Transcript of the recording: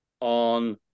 on